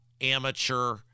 amateur